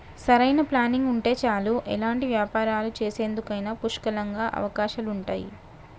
సరైన ప్లానింగ్ ఉంటే చాలు ఎలాంటి వ్యాపారాలు చేసేందుకైనా పుష్కలంగా అవకాశాలుంటయ్యి